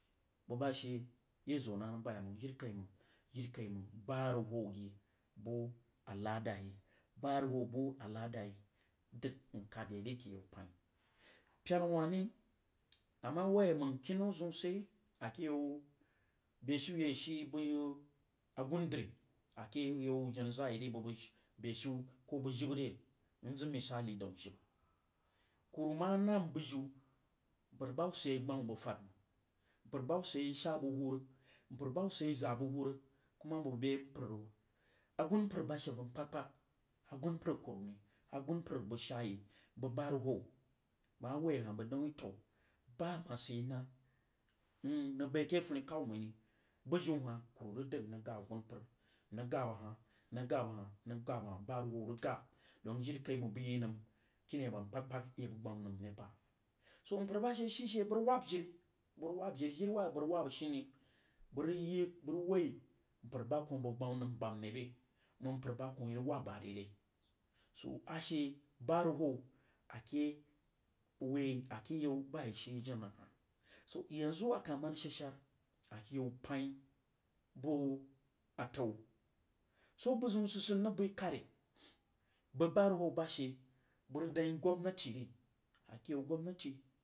Buh ba she yeh zwoh nənəm bayaimang ba huru hou yi buh al’ada yí ba huruhou buh ala’da yi dəg akhad ye re ake yau pəin. Pena wah ri ama woi a mang kinau ziun sidyai ake yau beshiu yi a yi shii bəg agunah drī ake yau jena zaah yo ri bubəg beshiu bəg jibə re mzəg misalu daun jibə hubba ma naun bujiu mpər ba hubba sid yai gbama bəg fad mang npər bah sid yai shaa bəg huu rig npər bah hubba sid yaī zaa bəg huu rig kuma bəī npər rog a gunpər bah she abanəm kpag kpag agunpər kuru ne agunpər bəg shaa yi bəg ba huruhou bəg ma woi ahah bəg dang whuin toh ba hah sid yaí nah mm nəng bəí ake funikhau mai bujíu hah kuru rig dəg mrig ghab agunpər mrig ghab ahah mrig ghab ahah mrig ghab ahah bahhuruhou rig ghab dou jirikaimang bəg yi nəm kini yi aba kpag kpag yi bəg gbama nəm re bam toh mpər bashe shui she bəg rig wab jiri bəg rig wab jiri, jiri wabbah abə rig wabbah shie bəg yi bəg rig woí npər bah kwoh bəg gbama nəm bam re reh? Məng npər bah kwoh irig waab bah re reh ashe ba huruhou ake bəg woí ake yau bah yī shíí jena hah so yanzu akah ma rig shad shar ayau pəin buwuh atau swoh a bəgzin sid sid mrig bəi karí bəg bahuruhou bashe bəg rig dang yi gwabnati ri ake yau gwabnati.